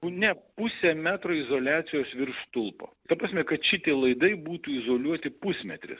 ne pusė metro izoliacijos virš stulpo ta prasme kad šitie laidai būtų izoliuoti pusmetris